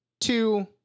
two